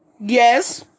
Yes